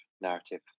narrative